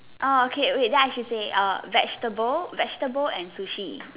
orh okay wait then I should say err vegetables vegetables and sushi